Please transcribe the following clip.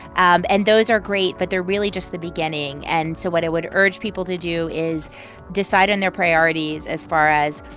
and and those are great, but they're really just the beginning. and so what i would urge people to do is decide on their priorities as far as,